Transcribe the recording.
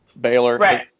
Baylor